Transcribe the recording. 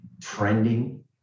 trending